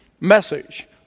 message